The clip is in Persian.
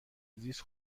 زیست